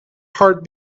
heart